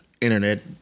internet